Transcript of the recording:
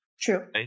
True